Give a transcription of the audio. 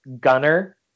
Gunner